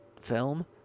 film